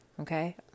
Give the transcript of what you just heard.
Okay